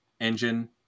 engine